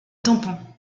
tampon